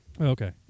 Okay